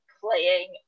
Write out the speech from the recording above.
playing